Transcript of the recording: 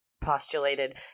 postulated